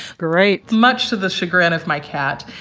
great. much to the chagrin of my cat,